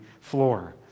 floor